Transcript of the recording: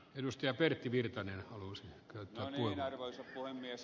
edustaja pertti virtanen halusi kautonen arvoisa puhemies